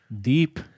deep